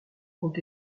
ont